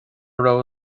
raibh